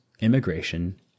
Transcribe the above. immigration